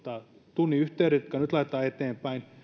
tunnin yhteydet jotka nyt laitetaan eteenpäin